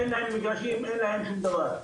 אין להם מגרשים ושום דבר.